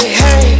hey